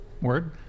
word